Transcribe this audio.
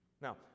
Now